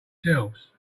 shelves